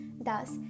Thus